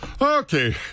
okay